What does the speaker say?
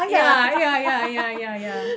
ya ya ya ya ya ya